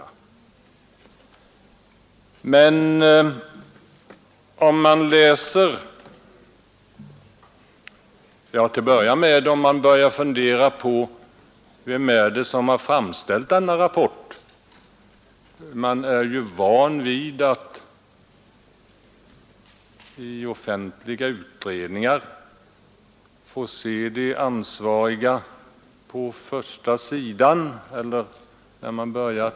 Till en början funderar man emellertid på: Vem är det som framställt denna rapport? Man är ju van vid att i offentliga utredningar få se de ansvarigas namn på första sidan eller i början.